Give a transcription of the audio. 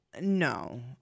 no